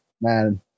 man